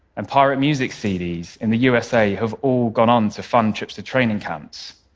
and pirate music cds in the usa have all gone on to fund trips to training camps,